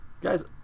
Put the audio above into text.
Guys